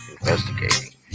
Investigating